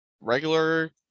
regular